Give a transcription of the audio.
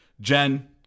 Jen